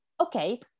okay